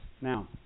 Now